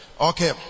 Okay